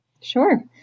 Sure